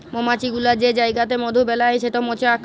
মমাছি গুলা যে জাইগাতে মধু বেলায় সেট মচাক